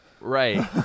Right